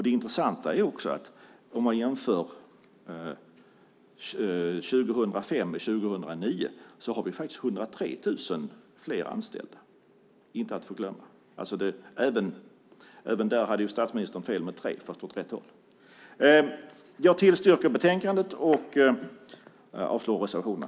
Det intressanta är om man jämför 2005 och 2009 att vi har 103 000 fler anställda, inte att förglömma. Även där hade statsministern fel, med 3 000 fast åt rätt håll. Jag yrkar bifall till förslaget i betänkandet och avslag på reservationerna.